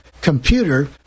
computer